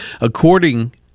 According